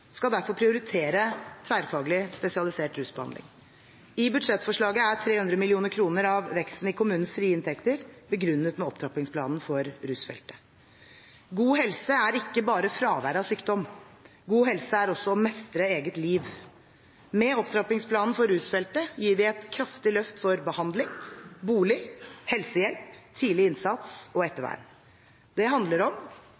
skal derfor prioritere tverrfaglig, spesialisert rusbehandling. I budsjettforslaget er 300 mill. kr av veksten i kommunenes frie inntekter begrunnet med Opptrappingsplanen for rusfeltet. God helse er ikke bare fravær av sykdom. God helse er også å mestre eget liv. Med Opptrappingsplanen for rusfeltet gir vi et kraftig løft for behandling, bolig, helsehjelp, tidlig innsats og ettervern. Det handler om